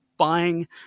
buying